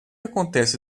acontece